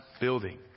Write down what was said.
building